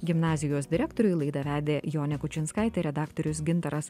gimnazijos direktoriui laidą vedė jonė kučinskaitė redaktorius gintaras